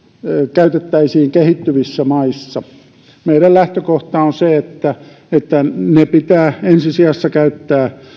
käytettäisiin kehittyvissä maissa meidän lähtökohtamme on se että että ne pitää ensi sijassa käyttää